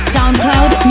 SoundCloud